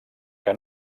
que